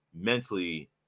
mentally